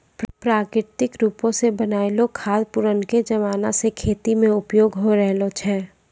प्राकृतिक रुपो से बनलो खाद पुरानाके जमाना से खेती मे उपयोग होय रहलो छै